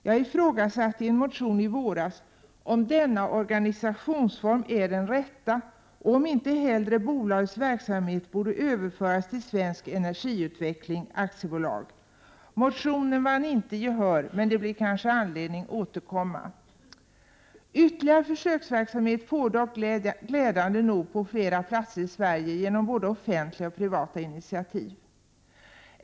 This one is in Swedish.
Jag ifrågasatte i en motion i våras om denna organisationsform är den rätta och om inte bolagets verksamhet hellre borde överföras till Svensk Energiutveckling AB. Motionen vann inte gehör, men det blir kanske fler anledningar att återkomma. Ytterligare försöksverksamhet pågår dock glädjande nog på flera platser i Sverige genom både offentliga och privata initiativ.